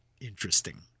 interesting